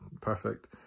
perfect